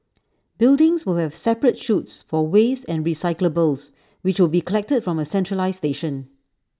buildings will have separate chutes for waste and recyclables which will be collected from A centralised station